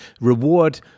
reward